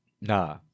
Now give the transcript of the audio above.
Nah